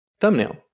thumbnail